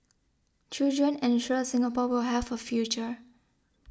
children ensure Singapore will have a future